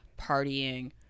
partying